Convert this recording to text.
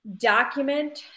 document